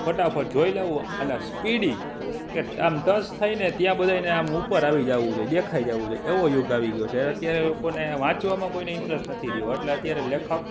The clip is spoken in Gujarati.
ફટાફટ જોઈ લેવું અને સ્પીડી કે આમ ટચ થાય ને ત્યાં બધાયને આમ ઉપર આવી જવું છે દેખાઈ જવું છે એવો યુગ આવી ગયો છે એટલે અત્યારે લોકોને વાંચવામાં કોઈને ઇન્ટરેસ્ટ નથી રહ્યો એટલે અત્યારે લેખક